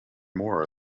more